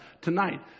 tonight